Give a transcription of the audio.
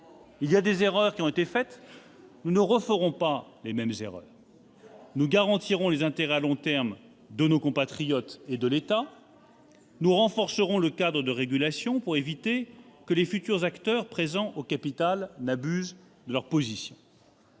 Des erreurs ont été faites, nous ne referons pas les mêmes. Nous garantirons les intérêts à long terme de nos compatriotes et de l'État ; nous renforcerons le cadre de régulation pour éviter que les futurs acteurs présents au capital n'abusent de leur position.